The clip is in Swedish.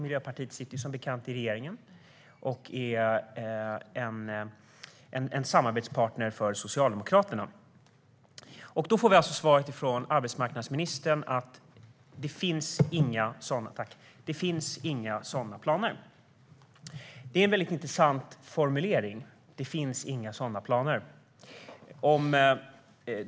Miljöpartiet sitter som bekant i regeringen och är en samarbetspartner till Socialdemokraterna. Av arbetsmarknadsministern får vi svaret att det inte finns några sådana planer. Det är en mycket intressant formulering: Det finns inga sådana planer.